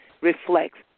reflects